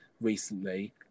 recently